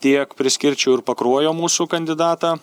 tiek priskirčiau ir pakruojo mūsų kandidatą